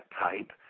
type